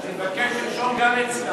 אני מבקש לרשום גם את,